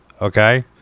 Okay